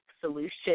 solution